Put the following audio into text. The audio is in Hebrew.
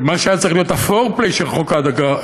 מה שהיה צריך להיות ה-foreplay של חוק ההדחה,